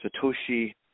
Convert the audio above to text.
Satoshi